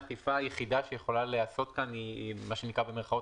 האכיפה היחידה שיכולה להיעשות כאן היא מה שנקראת במירכאות,